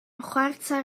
chwarter